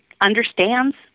understands